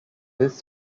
this